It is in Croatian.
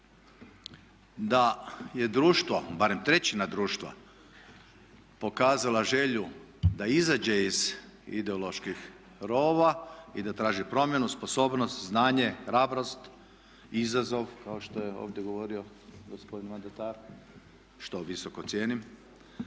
da je društvo, barem trećina društva pokazala želju da izađe iz ideoloških rovova i da traži promjenu, sposobnost, znanje, hrabrost, izazov kao što je ovdje govorio gospodin mandatar, što visoko cijenim,